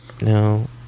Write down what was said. No